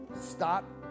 stop